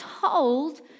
told